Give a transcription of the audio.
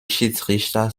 schiedsrichter